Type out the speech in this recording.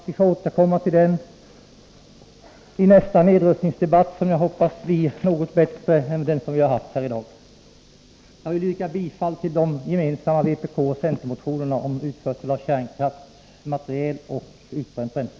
Vi får återkomma till den i nästa nedrustningsdebatt, som jag hoppas blir något bättre än den vi haft i dag. Jag vill yrka bifall till de gemensamma vpkoch centerreservationerna om utförsel av kärnkraftsmateriel och utbränt bränsle.